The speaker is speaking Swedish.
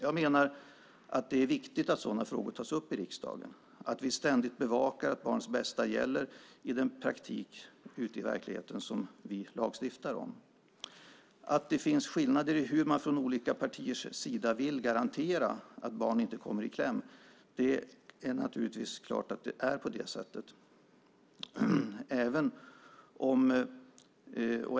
Jag menar att det är viktigt att sådana frågor tas upp i riksdagen, att vi ständigt bevakar att barns bästa gäller i den praktik ute i verkligheten som vi lagstiftar om. Det är klart att det finns skillnader i hur man från olika partiers sida vill garantera att barn inte kommer i kläm.